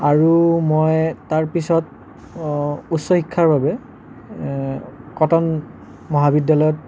আৰু মই তাৰ পিছত উচ্চ শিক্ষাৰ বাবে কটন মহাবিদ্যালয়ত